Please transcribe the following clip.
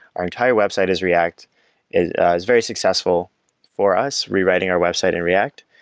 our entire website is react is very successful for us rewriting our website in react.